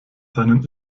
seinen